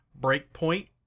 Breakpoint